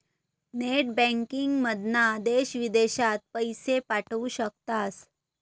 net बँकिंगमधना देश विदेशात पैशे पाठवू शकतास